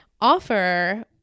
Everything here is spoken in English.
offer